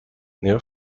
near